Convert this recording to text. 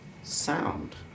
sound